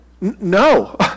No